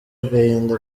agahinda